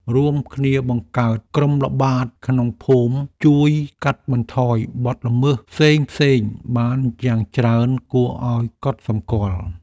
រួមគ្នាបង្កើតក្រុមល្បាតក្នុងភូមិជួយកាត់បន្ថយបទល្មើសផ្សេងៗបានយ៉ាងច្រើនគួរឱ្យកត់សម្គាល់។